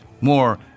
more